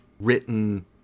written